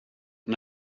and